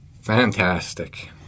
fantastic